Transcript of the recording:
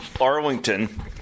Arlington